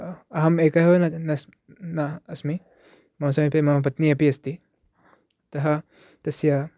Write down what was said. अहम् एकः एव नास्मि मम समीपे मम पत्नी अपि अस्ति अतः तस्य